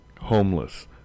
homeless